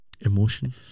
Emotion